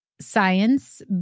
science